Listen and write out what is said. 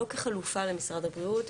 לא כחלופה למשרד הבריאות,